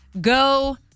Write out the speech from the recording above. go